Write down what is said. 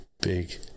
big